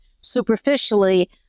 superficially